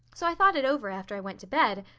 so i thought it over after i went to bed.